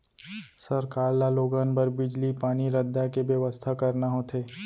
सरकार ल लोगन बर बिजली, पानी, रद्दा के बेवस्था करना होथे